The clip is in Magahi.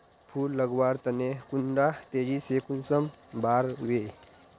फुल लगवार तने कुंडा तेजी से कुंसम बार वे?